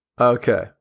Okay